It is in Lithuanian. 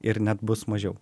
ir net bus mažiau